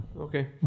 Okay